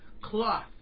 cloth